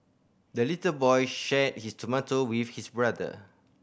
the little boy shared his tomato with his brother